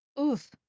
Oof